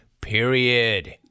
period